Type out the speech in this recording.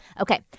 Okay